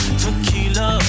tequila